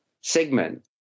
segment